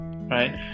right